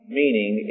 meaning